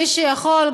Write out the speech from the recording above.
מי שיכול,